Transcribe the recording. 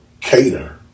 cater